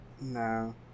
No